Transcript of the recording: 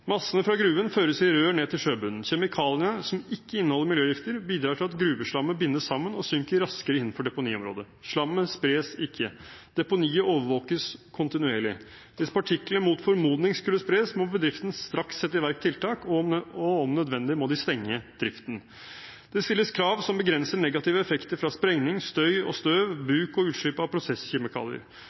Massene fra gruven føres i rør ned til sjøbunnen. Kjemikaliene som ikke inneholder miljøgifter, bidrar til at gruveslammet bindes sammen og synker raskere innenfor deponiområdet. Slammen spres ikke. Deponiet overvåkes kontinuerlig. Hvis partiklene mot formodning skulle spres, må bedriften straks sette i verk tiltak, og om nødvendig må de stenge driften. Det stilles krav som begrenser negative effekter fra sprengning, støy og støv og bruk og utslipp av